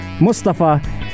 Mustafa